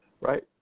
right